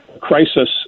crisis